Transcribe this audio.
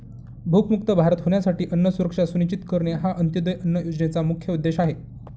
भूकमुक्त भारत होण्यासाठी अन्न सुरक्षा सुनिश्चित करणे हा अंत्योदय अन्न योजनेचा मुख्य उद्देश आहे